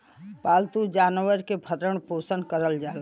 पालतू जानवरन के भरण पोसन करल जाला